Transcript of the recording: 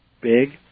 big